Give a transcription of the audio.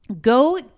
Go